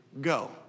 go